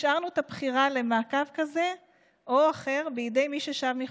השארנו את הבחירה למעקב כזה או אחר בידי מי ששב מחו"ל,